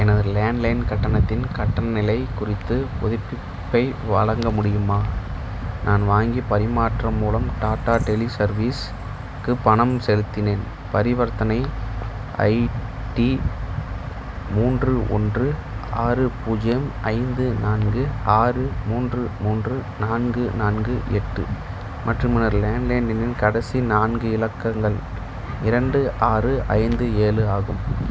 எனது லேண்ட்லைன் கட்டணத்தின் கட்டண நிலை குறித்து புதுப்பிப்பை வழங்க முடியுமா நான் வாங்கி பரிமாற்றம் மூலம் டாடா டெலி சர்வீஸ்க்கு பணம் செலுத்தினேன் பரிவர்த்தனை ஐடி மூன்று ஒன்று ஆறு பூஜ்ஜியம் ஐந்து நான்கு ஆறு மூன்று மூன்று நான்கு நான்கு எட்டு மற்றும் எனது லேண்ட்லைன் எண்ணின் கடைசி நான்கு இலக்கங்கள் இரண்டு ஆறு ஐந்து ஏழு ஆகும்